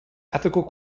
ethical